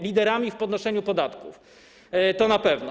Liderami w podnoszeniu podatków - to na pewno.